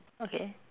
okay